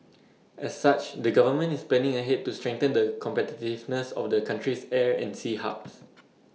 as such the government is planning ahead to strengthen the competitiveness of the country's air and sea hubs